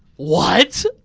what?